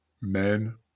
Men